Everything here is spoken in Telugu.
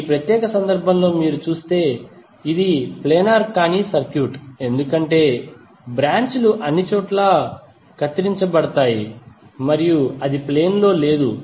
ఈ ప్రత్యేక సందర్భంలో మీరు చూస్తే ఇది ప్లేనార్ కాని సర్క్యూట్ ఎందుకంటే బ్రాంచ్ లు అన్ని చోట్లా కత్తిరించబడ్డాయి మరియు అది ప్లేన్ లో లేదు